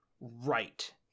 right